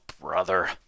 brother